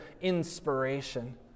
inspiration